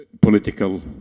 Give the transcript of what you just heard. political